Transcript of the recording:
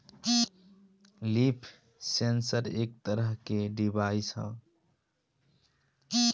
leaf sensor एक तरह के के डिवाइस ह